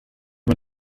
man